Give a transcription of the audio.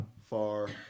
far